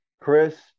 Chris